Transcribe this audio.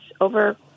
over